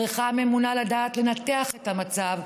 צריכה הממונה לדעת לנתח את המצב,